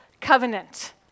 covenant